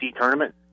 tournament